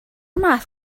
math